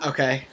Okay